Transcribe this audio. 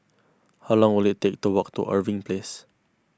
how long will it take to walk to Irving Place